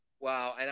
Wow